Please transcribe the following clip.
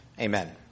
Amen